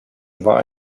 war